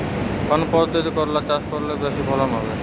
কোন পদ্ধতিতে করলা চাষ করলে বেশি ফলন হবে?